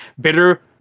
Bitter